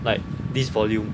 like this volume